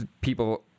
people